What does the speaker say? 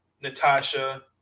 Natasha